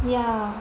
yeah